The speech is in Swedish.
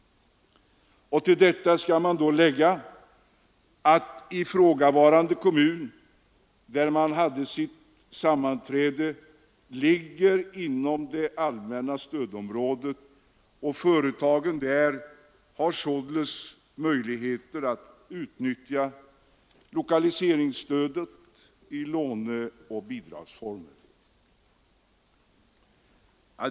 Till detta skall man lägga att den kommun där sammanträdet ägde rum ligger inom det allmänna stödområdet. Företagen där har således möjligheter att utnyttja lokaliseringsstödet i låneoch bidragsform.